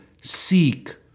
seek